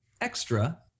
extra